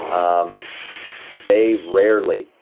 um they rarely,